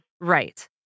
Right